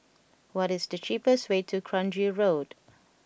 what is the cheapest way to Kranji Road